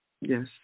Yes